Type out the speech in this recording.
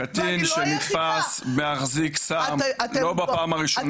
קטין שנתפס מחזיק סם לא בפעם הראשונה,